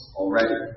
already